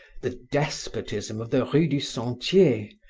the despotism of the rue du sentier,